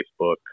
Facebook